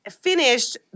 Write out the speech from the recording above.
finished